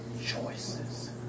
choices